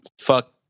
Fuck